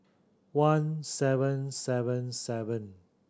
one seven seven seven